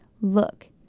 Look